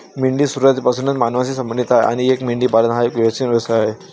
मेंढी सुरुवातीपासूनच मानवांशी संबंधित आहे आणि मेंढीपालन हा एक प्राचीन व्यवसाय आहे